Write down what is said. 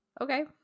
Okay